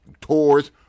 tours